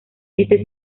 este